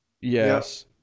Yes